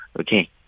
Okay